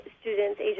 students